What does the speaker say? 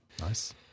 nice